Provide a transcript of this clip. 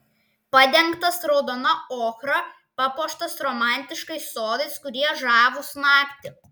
padengtas raudona ochra papuoštas romantiškais sodais kurie žavūs naktį